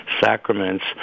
sacraments